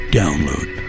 download